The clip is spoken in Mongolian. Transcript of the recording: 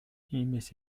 иймээс